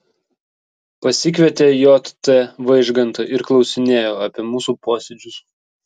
pasikvietė j t vaižgantą ir klausinėjo apie mūsų posėdžius